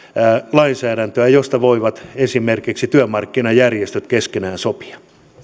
lainsäädäntöä josta voivat esimerkiksi työmarkkinajärjestöt keskenään sopia